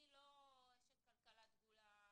אני לא אשת כלכלה דגולה,